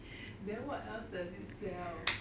then what else does it sell